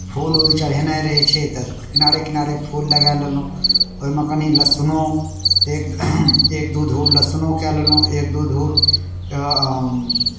फूल उल चढ़ेनाइ रहै छै तऽ किनारे किनारे फूल लगाए लेलहुँ ओहिमे कनि लहसुनो एक एक दू धूर लहसुनो कए लेलहुँ एक दू धूर